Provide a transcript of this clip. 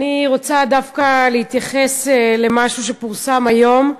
אני רוצה דווקא להתייחס למשהו שפורסם היום,